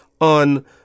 on